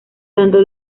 tanto